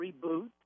reboot